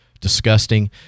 disgusting